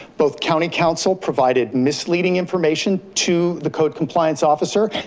both county council provided misleading information to the code compliance officer,